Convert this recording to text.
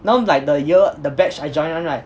now like the year the batch I join [one] right